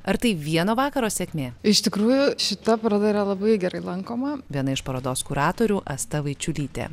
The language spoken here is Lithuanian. ar tai vieno vakaro sėkmė iš tikrųjų šita paroda yra labai gerai lankoma viena iš parodos kuratorių asta vaičiulytė